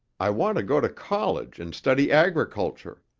i want to go to college and study agriculture.